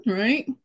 right